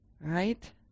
Right